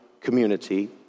community